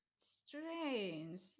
Strange